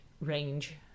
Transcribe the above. range